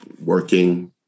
working